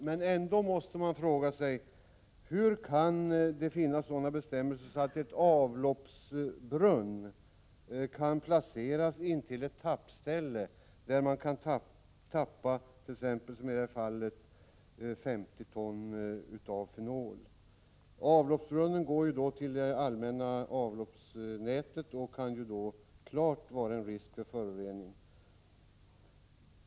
Men man måste ändå fråga sig: Hur kan det finnas bestämmelser som tillåter att en avloppsbrunn kan placeras intill ett tappställe där man som i detta fall kan tappa 50 ton fenol? Avloppsbrunnen går ju till det allmänna avloppsnätet och innebär klart en risk för föroreningar.